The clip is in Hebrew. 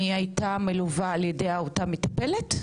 היא הייתה מלווה על-ידי אותה מטפלת?